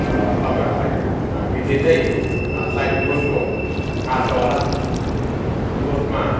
र तपाईँहरूलाई विदित सायद डुवर्सको थाहा छ होला डुवर्समा